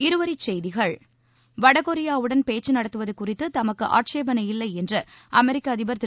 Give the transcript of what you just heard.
இருவரிச் செய்திகள் வடகொரியாவுடன் பேச்சு நடத்துவது குறித்து தமக்கு ஆட்சேபனையில்லை என்று அமெரிக்க அதிபர் திரு